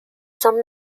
some